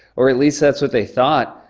or, at least, that's what they thought,